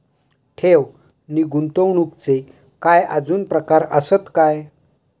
ठेव नी गुंतवणूकचे काय आजुन प्रकार आसत काय?